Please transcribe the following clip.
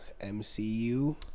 MCU